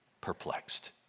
perplexed